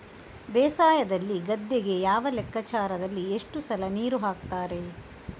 ಬೇಸಾಯದಲ್ಲಿ ಗದ್ದೆಗೆ ಯಾವ ಲೆಕ್ಕಾಚಾರದಲ್ಲಿ ಎಷ್ಟು ಸಲ ನೀರು ಹಾಕ್ತರೆ?